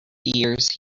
years